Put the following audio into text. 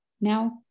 now